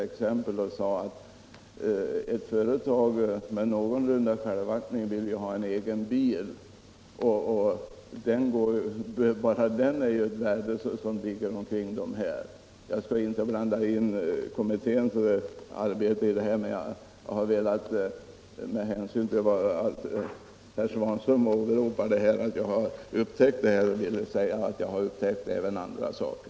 Ett företag med någorlunda självaktning vill ju ha en egen bil, och bara värdet på den ligger omkring den lägre gräns som har ifrågasatts. Jag skall inte blanda in kommitténs arbete i diskussionen, men när herr Svanström säger att jag har upptäckt småföretagens problem vill jag hävda att jag även har upptäckt andra saker.